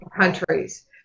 countries